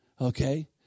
Okay